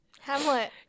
Hamlet